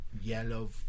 yellow